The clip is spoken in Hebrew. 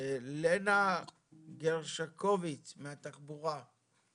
לנה גרשקוביץ מהתחבורה.